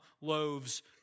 loaves